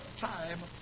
time